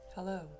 Hello